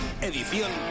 Edición